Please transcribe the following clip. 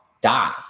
die